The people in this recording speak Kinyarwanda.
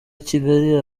kigali